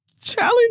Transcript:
challenge